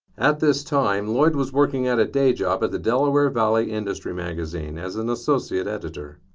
at this time lloyd was working at a day job at the delaware valley industry magazine as an associate editor.